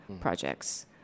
projects